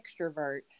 extrovert